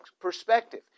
perspective